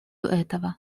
этого